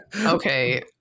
Okay